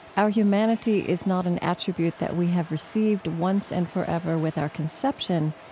our humanity is not an attribute that we have received once and forever with our conception.